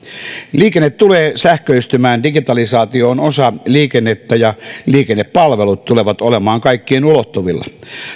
liikenne tulee sähköistymään digitalisaatio on osa liikennettä ja liikennepalvelut tulevat olemaan kaikkien ulottuvilla